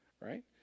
Right